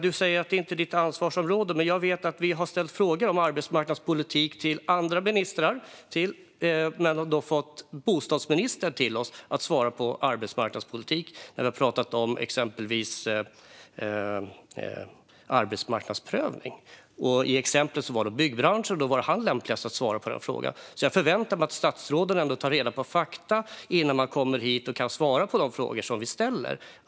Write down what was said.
Du säger att detta inte är ditt ansvarsområde, men vi har ställt frågor om arbetsmarknadspolitik till andra ministrar och då fått svar från bostadsministern gällande arbetsmarknadspolitik. Det gäller till exempel när vi har pratat om arbetsmarknadsprövning och det handlade om byggbranschen. Då var bostadsministern lämpligast att svara på den frågan. Jag förväntar mig ändå att statsråden tar reda på fakta innan de kommer hit och kan svara på de frågor vi ställer.